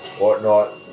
whatnot